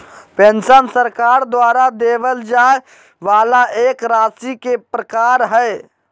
pension सरकार द्वारा देबल जाय वाला एक राशि के प्रकार हय